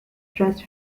thrush